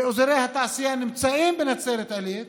ואזורי התעשייה נמצאים בנצרת עילית.